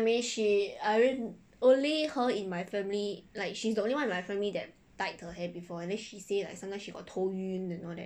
mean she I mean only her in my family like she's the only one in my family that dyed her hair before and then she say like sometime she got 头晕 and all that